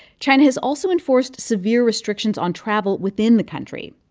china has also enforced severe restrictions on travel within the country.